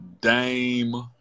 Dame